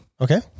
Okay